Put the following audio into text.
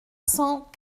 cent